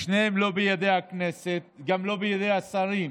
שניהם לא בידי הכנסת, גם לא בידי השרים